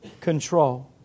control